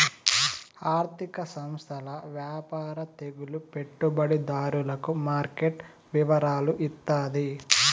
ఆర్థిక సంస్థల వ్యాపార తెలుగు పెట్టుబడిదారులకు మార్కెట్ వివరాలు ఇత్తాది